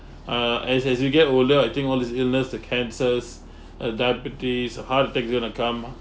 uh as as you get older I think all these illness the cancers uh diabetes uh heart attack is going to come